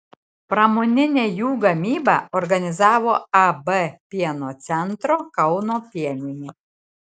pramoninę jų gamybą organizavo ab pieno centro kauno pieninė